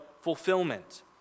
fulfillment